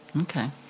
Okay